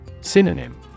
Synonym